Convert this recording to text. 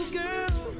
girl